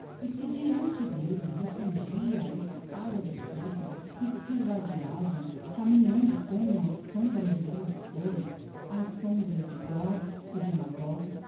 e se diante dele refulgia a espada de fogo e se o ladeavam caminhando como as sombras de duas torres as sombras de gog e de